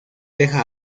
deja